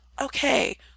Okay